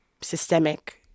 systemic